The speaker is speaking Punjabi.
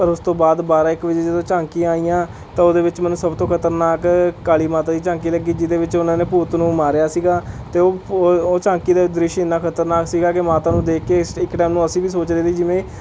ਪਰ ਉਸ ਤੋਂ ਬਾਅਦ ਬਾਰਾਂ ਇੱਕ ਵਜੇ ਜਦੋਂ ਝਾਕੀਆਂ ਆਈਆਂ ਤਾਂ ਉਹਦੇ ਵਿੱਚ ਮੈਨੂੰ ਸਭ ਤੋਂ ਖਤਰਨਾਕ ਕਾਲੀ ਮਾਤਾ ਦੀ ਝਾਕੀ ਲੱਗੀ ਜਿਹਦੇ ਵਿੱਚ ਉਹਨਾਂ ਨੇ ਭੂਤ ਨੂੰ ਮਾਰਿਆ ਸੀਗਾ ਅਤੇ ਉਹ ਉਹ ਉਹ ਝਾਕੀ ਦਾ ਦ੍ਰਿਸ਼ ਇੰਨਾ ਖਤਰਨਾਕ ਸੀ ਕਿ ਮਾਤਾ ਨੂੰ ਦੇਖ ਕੇ ਇਸ ਇੱਕ ਟਾਇਮ ਨੂੰ ਅਸੀਂ ਵੀ ਸੋਚਦੇ ਸੀ ਜਿਵੇਂ